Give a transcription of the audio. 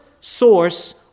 source